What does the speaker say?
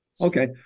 okay